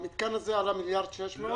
המתקן הזה עלה 1.6 מיליארד שקל.